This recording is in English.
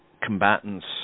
combatants